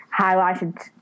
highlighted